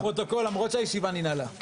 הישיבה נעולה.